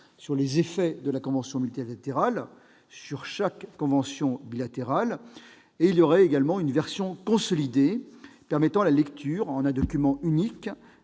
les effets de la convention multilatérale sur chaque convention fiscale bilatérale ; d'autre part, une version consolidée permettant la lecture en un document unique